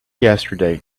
yesterday